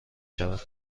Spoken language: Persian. شود